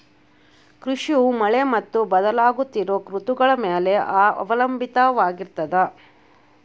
ಕೃಷಿಯು ಮಳೆ ಮತ್ತು ಬದಲಾಗುತ್ತಿರೋ ಋತುಗಳ ಮ್ಯಾಲೆ ಅವಲಂಬಿತವಾಗಿರ್ತದ